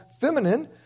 feminine